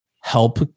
help